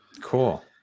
Cool